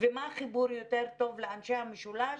ומה חיבור יותר טוב לאנשי המשולש,